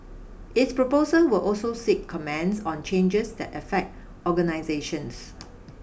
its proposals will also seek comments on changes that affect organisations